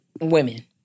women